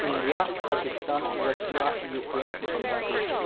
India Pakistan Russia Ukraine Bangladesh